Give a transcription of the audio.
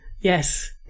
Yes